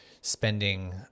spending